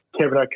Kevin